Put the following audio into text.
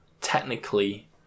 technically